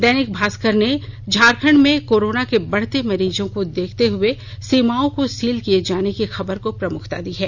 दैनिक भास्कर ने झारखंड में कोरोना के बढ़ते मरीजों को देखते हुए सीमाओं को सील किये जाने की खबर को प्रमुखता दी है